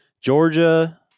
Georgia